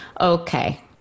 Okay